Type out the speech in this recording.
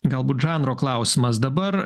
galbūt žanro klausimas dabar